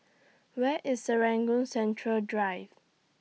Where IS Serangoon Central Drive